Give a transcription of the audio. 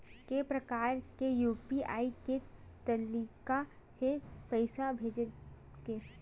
के प्रकार के यू.पी.आई के तरीका हे पईसा भेजे के?